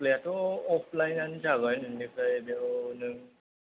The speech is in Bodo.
एप्लायाथ अपलाइन आनो जाबाय बिनिफ्राय बेयाव नों